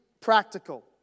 practical